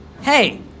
Hey